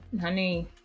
honey